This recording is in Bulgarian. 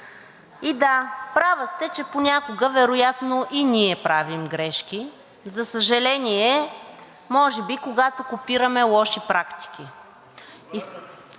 И да, права сте, че понякога вероятно и ние правим грешки. За съжаление, може би, когато копираме лоши практики.